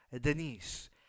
Denise